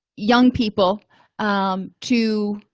young people to